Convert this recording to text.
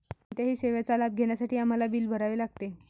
कोणत्याही सेवेचा लाभ घेण्यासाठी आम्हाला बिल भरावे लागते